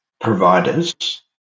providers